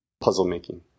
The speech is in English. Puzzle-making